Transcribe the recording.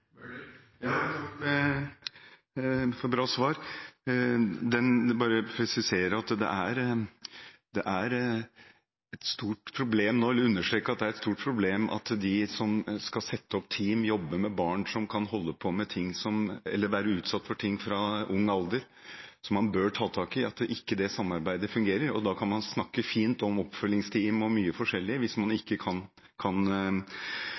Takk for bra svar. Jeg vil bare understreke at det er et stort problem at de som skal sette opp team og jobbe med barn som kan holde på med ting eller være utsatt for ting fra ung alder, og som man bør ta tak i, opplever at det samarbeidet ikke fungerer. Det hjelper ikke å snakke fint om oppfølgingsteam og mye forskjellig hvis man ikke kan